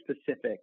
specific